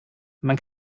man